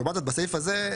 לעומת זאת, בסעיף הזה,